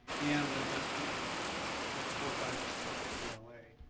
and lynne benson ah as co-adviser for ah you know